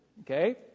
Okay